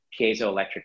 piezoelectric